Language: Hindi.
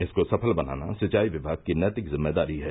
इसको सफल बनाना सिंचाई विमाग की नैतिक जिम्मेदारी है